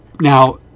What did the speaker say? Now